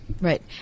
Right